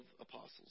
apostles